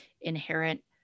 inherent